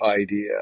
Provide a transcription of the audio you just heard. idea